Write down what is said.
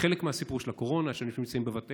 זה חלק מהסיפור של הקורונה: אנשים מכונסים בבתיהם,